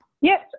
Yes